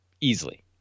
easily